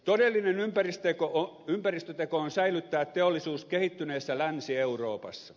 todellinen ympäristöteko on säilyttää teollisuus kehittyneessä länsi euroopassa